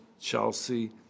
Chelsea